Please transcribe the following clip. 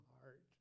heart